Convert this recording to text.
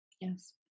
Yes